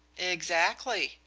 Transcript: exactly,